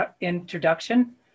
introduction